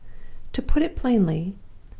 to put it plainly,